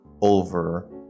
over